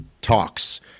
talks